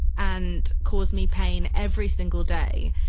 and caused me pain every single day.